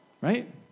Right